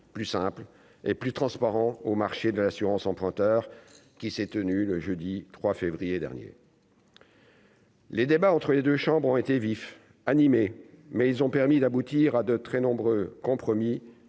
plus simple et plus transparent au marché de l'assurance emprunteur qui s'est tenue le jeudi 3 février dernier. Les débats entre les 2 chambres ont été vifs animé mais ils ont permis d'aboutir à de très nombreux compromis